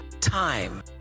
time